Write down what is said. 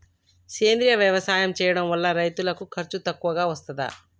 సేంద్రీయ వ్యవసాయం చేయడం వల్ల రైతులకు ఖర్చు తక్కువగా వస్తదా?